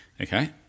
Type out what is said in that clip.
Okay